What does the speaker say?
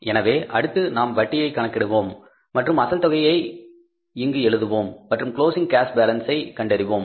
எனவே அடுத்து நாம் வட்டியை கணக்கிடுவோம் மற்றும் அசல் தொகையை இங்கு எழுதுவோம் மற்றும் க்ளோஸிங் கேஷ் பாலன்ஸ் ஐ கண்டறிவோம்